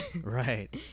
right